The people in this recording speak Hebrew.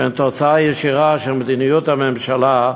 שהן תוצאה ישירה של מדיניות הממשלה,